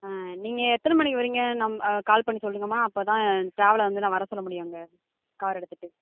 ஆ நீங்கள் எத்தனை மணிக்கு வரிங்க நம் கால் பண்ணி சொல்லுங்கம்மா அப்போதான் ட்ராவலை வந்து நான் வர சொல்லி முடியும் அங்கே கார் எடுத்துகிட்டு